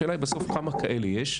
השאלה בסוף היא כמה כאלה יש,